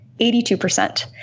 82%